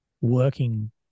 working